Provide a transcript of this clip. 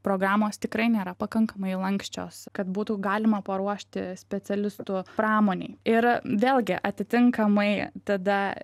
programos tikrai nėra pakankamai lanksčios kad būtų galima paruošti specialistų pramonei ir vėlgi atitinkamai tada